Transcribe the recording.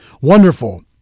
Wonderful